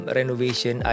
renovation